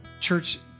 church